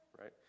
right